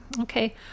Okay